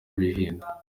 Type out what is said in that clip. bihenda